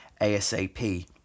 ASAP